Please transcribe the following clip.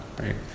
right